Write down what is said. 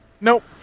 Nope